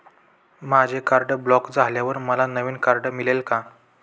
माझे card block झाल्यावर मला नवीन कार्ड मिळेल का?